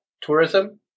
tourism